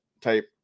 type